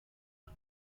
روم